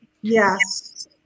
Yes